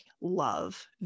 love